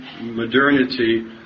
modernity